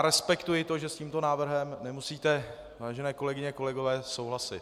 Respektuji to, že s tímto návrhem nemusíte, vážené kolegyně, kolegové, souhlasit.